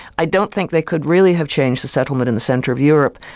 i don't think they could really have changed the settlement in the centre of europe,